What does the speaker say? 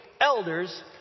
elders